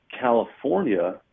california